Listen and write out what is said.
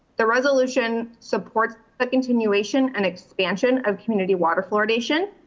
the resolution supports the continuation and expansion of community water fluoridation.